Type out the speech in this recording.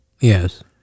Yes